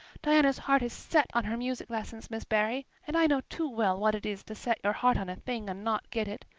diana's heart is set on her music lessons, miss barry, and i know too well what it is to set your heart on a thing and not get it.